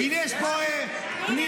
הינה, יש פה את פנינה.